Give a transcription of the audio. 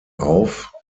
auf